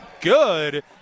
good